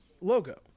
logo